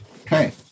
Okay